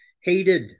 hated